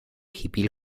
hipil